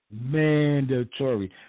mandatory